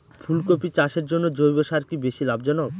ফুলকপি চাষের জন্য জৈব সার কি বেশী লাভজনক?